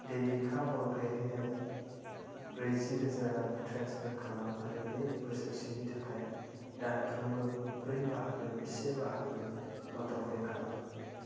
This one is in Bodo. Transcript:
देबिका बरग'यारिनो ब्रैजि रोजा रां ट्रेन्सफार खालाम आरो बे बोसोरसेनि थाखाय दानफ्रोमबो ब्रै बाहागोनि से बाहागो अट'पे खालाम